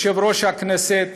יושב-ראש הכנסת,